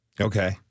Okay